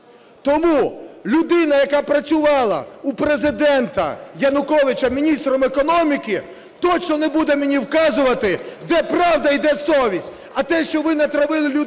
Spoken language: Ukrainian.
Тому людина, яка працювала у Президента Януковича міністром економіки, точно не буде мені вказувати, де правда і де совість. А те, що ви натравили людей